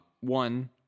one